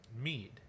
Mead